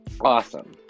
awesome